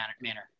manner